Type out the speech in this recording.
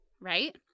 right